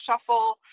Shuffle